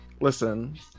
Listen